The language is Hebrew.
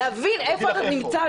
להבין איפה אתה נמצא,